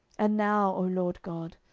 and now, o lord god,